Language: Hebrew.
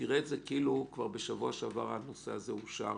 תראה את זה כאילו כבר בשבוע שעבר הנושא הזה אושר.